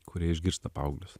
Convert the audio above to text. kurie išgirsta paauglius